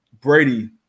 Brady